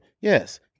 Yes